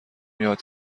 یاد